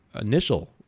initial